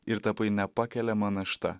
ir tapai nepakeliama našta